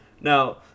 now